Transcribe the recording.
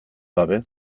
gabe